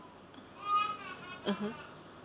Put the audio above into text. mmhmm